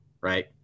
Right